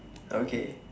okay